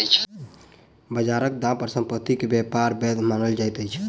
बजारक दाम पर संपत्ति के व्यापार वैध मानल जाइत अछि